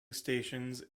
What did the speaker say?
stations